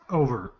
over